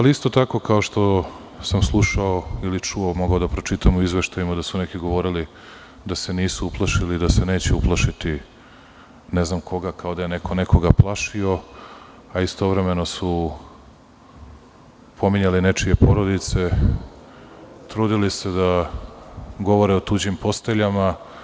Isto tako kao što sam slušao ili čuo, mogu da pročitam u izveštajima da su neki govorili da se nisu uplašili i da se neće uplašiti ne znam koga, kao da je neko nekoga plašio, a istovremeno su pominjali nečije porodice, trudili se da govore o tuđim posteljama.